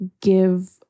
give